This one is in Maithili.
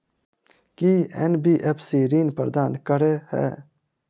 की एन.बी.एफ.सी ऋण प्रदान करे है?